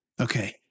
okay